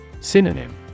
Synonym